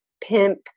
pimp